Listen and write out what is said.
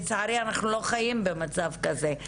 לצערי אנחנו לא חיים במצב כזה.